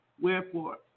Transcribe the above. Wherefore